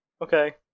Okay